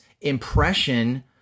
impression